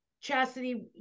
Chastity